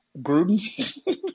Gruden